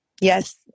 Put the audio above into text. Yes